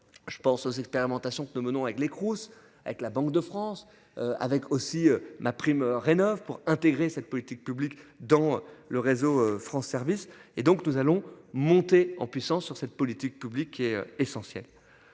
Je pense aux expérimentations que nous menons avec les Crous avec la Banque de France avec aussi ma prime Rénov'pour intégrer cette politique publique dans le réseau France service et donc nous allons monter en puissance sur cette politique publique essentielle.